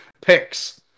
picks